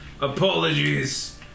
Apologies